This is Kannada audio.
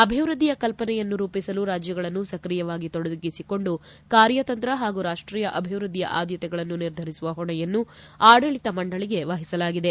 ಅಭಿವೃದ್ಧಿಯ ಕಲ್ಪನೆಯನ್ನು ರೂಪಿಸಲು ರಾಜ್ಯಗಳನ್ನು ಸ್ಕ್ರಿಯವಾಗಿ ತೊಡಗಿಸಿಕೊಂಡು ಕಾರ್ಯತಂತ್ರ ಹಾಗೂ ರಾಷ್ಟೀಯ ಅಭಿವೃದ್ಧಿಯ ಆದ್ಯತೆಗಳನ್ನು ನಿರ್ಧರಿಸುವ ಹೊಣೆಯನ್ನು ಆಡಳಿತ ಮಂಡಳಿಗೆ ವಹಿಸಲಾಗಿದೆ